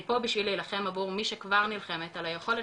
אני פה בשביל להילחם עבור מי שכבר נלחמת על היכולת